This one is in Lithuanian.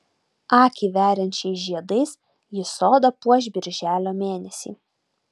akį veriančiais žiedais ji sodą puoš birželio mėnesį